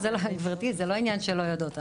זה לא עניין של לא יודעות,